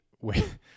wait